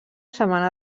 setmana